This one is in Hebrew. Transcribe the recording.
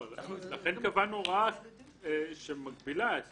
לכן קבענו הוראה שמגבילה את